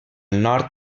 nord